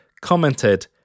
commented